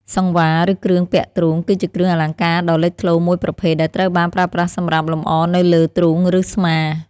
សង្វារ ឬ គ្រឿងពាក់ទ្រូង គឺជាគ្រឿងអលង្ការដ៏លេចធ្លោមួយប្រភេទ ដែលត្រូវបានប្រើប្រាស់សម្រាប់លម្អនៅលើ ទ្រូង ឬស្មា។